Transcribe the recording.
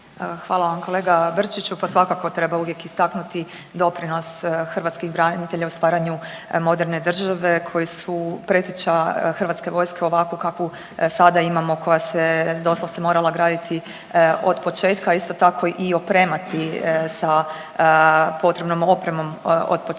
Hvala vam kolega Brčiću. Pa svakako treba uvijek istaknuti doprinos hrvatskih branitelja u stvaranju moderne države koji su preteča Hrvatske vojske ovakve kakvu sada imamo koja se doslovce morala graditi od početka, isto tako i opremati sa potrebnom opremom od početka.